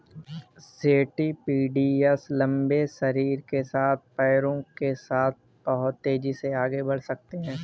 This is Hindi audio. सेंटीपीड्स लंबे शरीर के साथ पैरों के साथ बहुत तेज़ी से आगे बढ़ सकते हैं